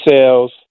cells